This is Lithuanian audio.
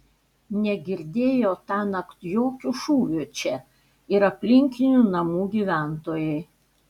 negirdėjo tąnakt jokių šūvių čia ir aplinkinių namų gyventojai